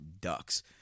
ducks